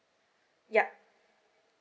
ya